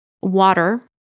water